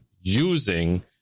using